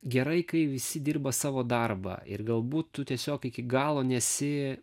gerai kai visi dirba savo darbą ir galbūt tu tiesiog iki galo nesi